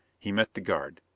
he met the guard.